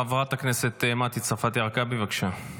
חברת הכנסת מטי צרפתי הרכבי, בבקשה.